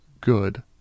good